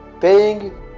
paying